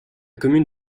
commune